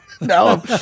No